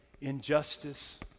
injustice